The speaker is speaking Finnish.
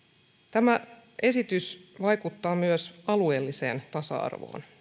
tämä esitys vaikuttaa myös alueelliseen tasa arvoon